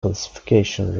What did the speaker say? classification